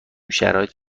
شرایط